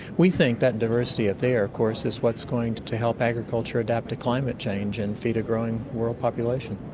we think that diversity up there of course is what's going to to help agriculture adapt to climate change and feed a growing world population.